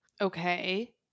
Okay